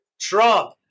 Trump